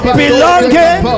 belonging